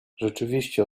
rzeczywiście